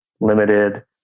Limited